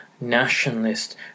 nationalist